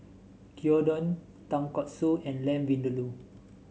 Gyudon Tonkatsu and Lamb Vindaloo